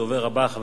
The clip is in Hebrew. ואחריו,